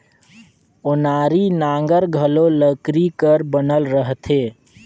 ओनारी नांगर घलो लकरी कर बनल रहथे